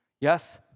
Yes